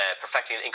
perfecting